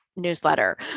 newsletter